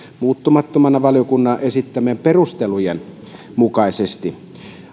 muuttamattomana valiokunnan esittämien perustelujen mukaisesti